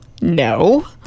No